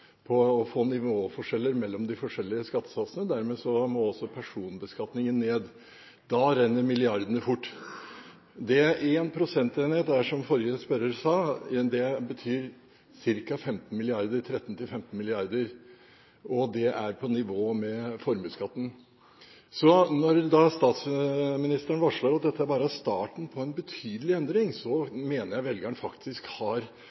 nivåforskjeller mellom de forskjellige skattesatsene, og dermed må også personbeskatningen ned. Da renner milliardene fort. En prosentenhet betyr – som forrige spørrer sa – ca. 13–15 mrd. kr. Det er på nivå med formuesskatten. Så når statsministeren varsler at dette bare er starten på en betydelig endring, mener jeg at velgeren faktisk har